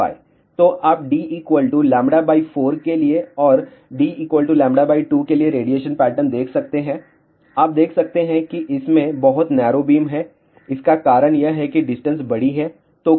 तो M N 5 तो आप d λ 4 के लिए और d λ 2 के लिए रेडिएशन पैटर्न देख सकते हैं आप देख सकते हैं कि इसमें बहुत नैरो बीम है इसका कारण यह है कि डिस्टेंस बड़ी है